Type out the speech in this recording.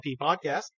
podcast